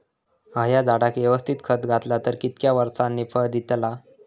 हया झाडाक यवस्तित खत घातला तर कितक्या वरसांनी फळा दीताला?